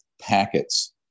packets